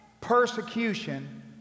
persecution